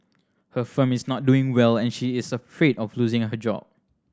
her firm is not doing well and she is afraid of losing her job